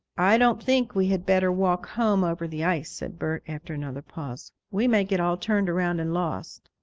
i don't think we had better walk home over the ice, said bert, after another pause. we may get all turned around and lost.